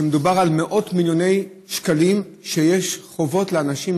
כשמדובר על מאות מיליוני שקלים של חובות שיש לאנשים,